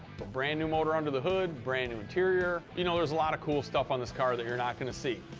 but brand-new motor under the hood, brand-new interior. you know, there's a lot of cool stuff on this car that you're not gonna see.